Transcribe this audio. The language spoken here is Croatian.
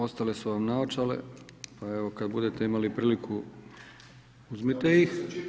Ostale su vam naočale, pa evo kad budete imali priliku uzmite ih.